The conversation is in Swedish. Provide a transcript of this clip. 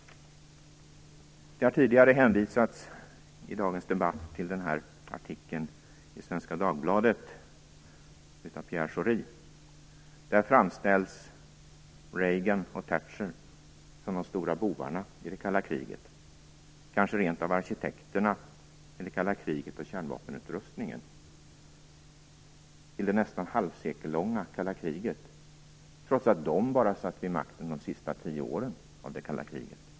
Det har tidigare i dagens debatt hänvisats till artikeln i Svenska Dagbladet av Pierre Schori. Där framställs Reagan och Thatcher som de stora bovarna i det kalla kriget, kanske rent av arkitekterna till det kalla kriget och kärnvapenupprustningen - det nästan halvsekellånga kalla kriget - trots att de bara satt vid makten de sista tio åren av det kalla kriget.